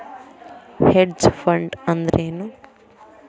Hedge fund ಅಂದ್ರೇನು?